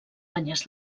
banyes